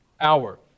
hour